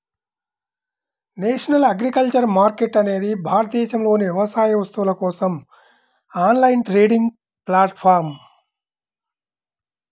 national agriculture market అనేది భారతదేశంలోని వ్యవసాయ వస్తువుల కోసం ఆన్లైన్ ట్రేడింగ్ ప్లాట్ఫారమ్